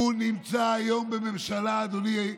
הוא נמצא היום בממשלה, אדוני,